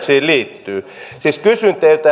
siis kysyn teiltä